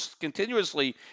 continuously